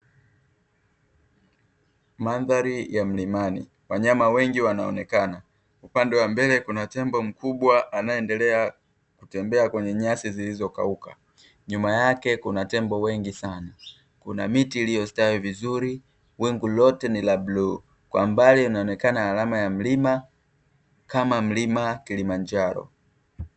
Mandhari ya mlimani. Wanyama wengi wanaonekana, upande wa mbele kuna tembo mkubwa anayeendelea kutembea kwenye nyasi zilizokauka, nyuma yake kuna tembo wengi sana, kuna miti iliyostawi vizuri. Wingu lote ni la bluu, kwa mbali inaonekana alama ya mlima, kama mlima kilimanjaro.